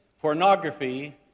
pornography